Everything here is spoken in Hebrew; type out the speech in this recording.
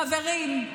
חברים,